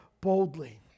boldly